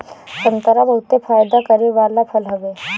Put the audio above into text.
संतरा बहुते फायदा करे वाला फल हवे